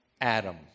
Adam